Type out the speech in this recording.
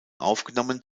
aufgenommen